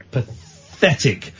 Pathetic